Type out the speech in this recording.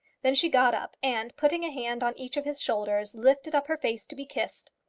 then she got up, and putting a hand on each of his shoulders, lifted up her face to be kissed.